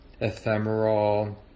ephemeral